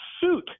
suit